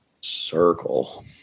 circle